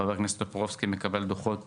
חבר הכנסת טופורובסקי מקבל דוחות